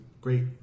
great